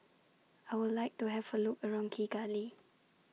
I Would like to Have A Look around Kigali